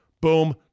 boom